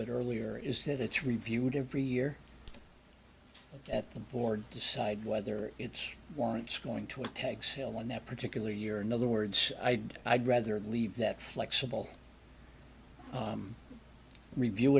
bit earlier is that it's reviewed every year at the board decide whether it's wants going to tag sale in that particular year in other words i'd i'd rather leave that flexible review